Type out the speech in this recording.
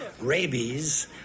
rabies